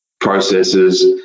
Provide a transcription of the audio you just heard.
processes